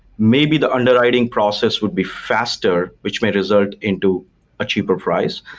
maybe the underwriting process would be faster, which may result into a cheaper price.